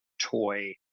toy